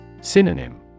Synonym